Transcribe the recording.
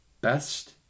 best